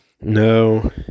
No